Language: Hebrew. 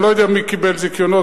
אני לא יודע מי קיבל זיכיונות,